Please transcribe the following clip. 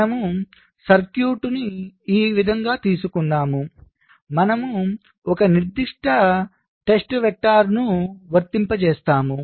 మనము సర్క్యూట్ ఇచ్చామని అనుకుందాం మనము ఒక నిర్దిష్ట పరీక్ష వెక్టర్ను వర్తింపజేస్తాము